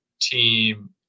team